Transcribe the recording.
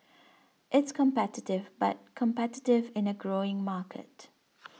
it's competitive but competitive in a growing market